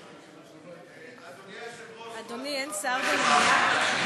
אדוני, אין שר במליאה?